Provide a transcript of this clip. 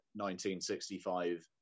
1965